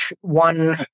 one